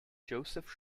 joseph